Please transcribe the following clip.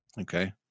Okay